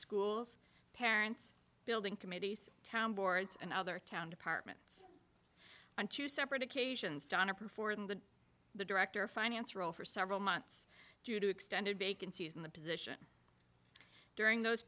schools parents building committees town boards and other town departments on two separate occasions donna perform the director finance role for several months due to extended vacancies in the position during those